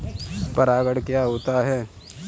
परागण क्या होता है?